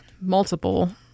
multiple